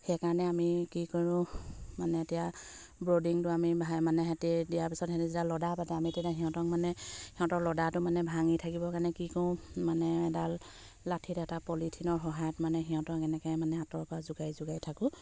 সেইকাৰণে আমি কি কৰোঁ মানে এতিয়া ব্ৰীডিংটো আমি মানে সিহঁতে দিয়াৰ পিছত সিহঁতি যেতিয়া লদা পাতে আমি তেতিয়া সিহঁতক মানে সিহঁতৰ লদাটো মানে ভাঙি থাকিবৰ কাৰণে কি কৰোঁ মানে এডাল লাঠিত এটা পলিথিনৰ সহায়ত মানে সিহঁতক এনেকৈ মানে আতঁৰৰপৰা জোকাৰি জোকাৰি থাকোঁ